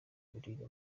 burira